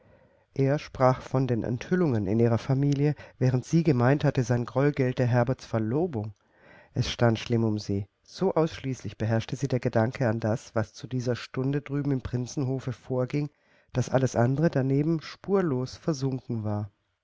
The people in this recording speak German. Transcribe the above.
er sprach von den enthüllungen in ihrer familie während sie gemeint hatte sein groll gelte herberts verlobung es stand schlimm um sie so ausschließlich beherrschte sie der gedanke an das was zu dieser stunde drüben im prinzenhofe vorging daß alles andere daneben spurlos versunken war